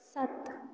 ਸੱਤ